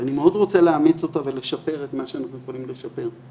שאני מאוד רוצה לאמץ אותה ולשפר את מה שאנחנו יכולים לשפר,